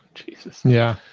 jesus. yeah.